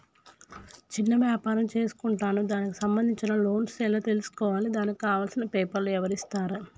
చిన్న వ్యాపారం చేసుకుంటాను దానికి సంబంధించిన లోన్స్ ఎలా తెలుసుకోవాలి దానికి కావాల్సిన పేపర్లు ఎవరిస్తారు?